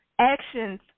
actions